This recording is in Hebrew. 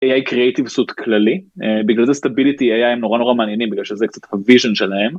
AI creative suite כללי, בגלל זה stability-AI נורא נורא מעניינים בגלל שזה קצת הוויז'ן שלהם.